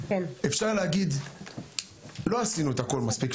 אפשר להגיד לא עשינו את הכל מספיק,